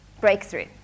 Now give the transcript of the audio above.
breakthrough